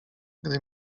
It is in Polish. gdy